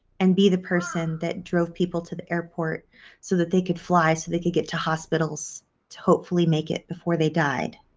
and be the person that drove people to the airport so that they could fly, so they could get to hospitals to hopefully make it before they died.